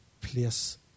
place